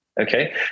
Okay